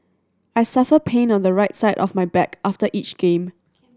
I suffer pain on the right side of my back after each game